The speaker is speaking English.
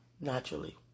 naturally